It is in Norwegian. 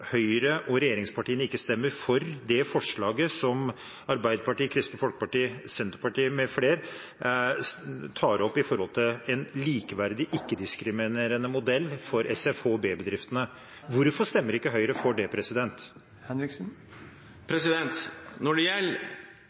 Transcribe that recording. Høyre og regjeringspartiene ikke stemmer for det forslaget som Arbeiderpartiet, Kristelig Folkeparti, Senterpartiet og SV tar opp når det gjelder en likeverdig, ikke-diskriminerende modell for SFHB-bedriftene. Hvorfor stemmer ikke Høyre for det? Når det gjelder